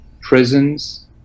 prisons